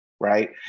right